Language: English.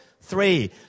Three